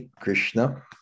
Krishna